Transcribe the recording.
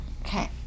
Okay